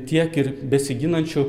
tiek ir besiginančių